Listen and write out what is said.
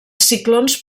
ciclons